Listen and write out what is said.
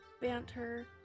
banter